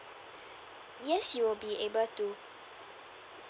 yes you will be able to